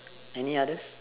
any others